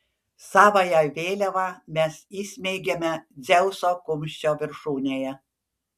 savąją vėliavą mes įsmeigėme dzeuso kumščio viršūnėje